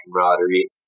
camaraderie